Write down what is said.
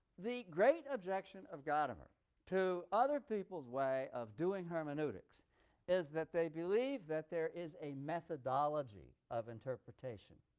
the great objection of gadamer to other people's way of doing hermeneutics is that they believe that there is a methodology of interpretation.